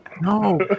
No